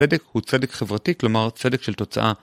צדק הוא צדק חברתי, כלומר צדק של תוצאה.